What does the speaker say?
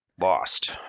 lost